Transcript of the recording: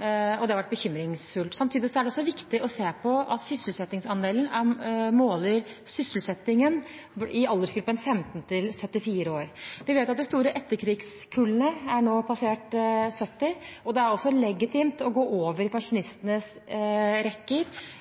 og det har vært bekymringsfullt. Samtidig er det viktig å se at sysselsettingsandelen måler sysselsettingen i aldersgruppen 15–74 år. Vi vet at de store etterkrigskullene nå har passert 70, og det er også legitimt å gå over i pensjonistenes rekker